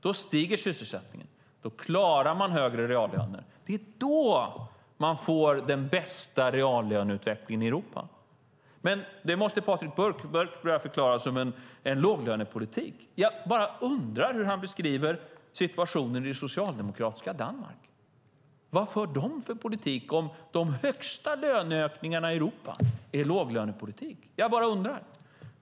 Då klarar man högre reallöner, och det är då man får den bästa reallöneutvecklingen i Europa. Det måste dock Patrik Björck börja förklara som en låglönepolitik. Jag bara undrar hur han beskriver situationen i det socialdemokratiska Danmark. Vad för de för politik om de högsta löneökningarna i Europa är låglönepolitik? Jag bara undrar.